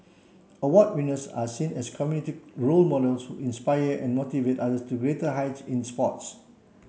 award winners are seen as community role models who inspire and motivate others to greater heights in sports